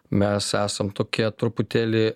mes esam tokie truputėlį